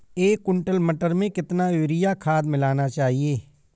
एक कुंटल मटर में कितना यूरिया खाद मिलाना चाहिए?